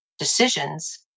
decisions